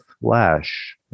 flesh